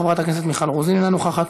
חברת הכנסת מיכל רוזין אינה נוכחת,